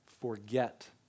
forget